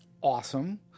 awesome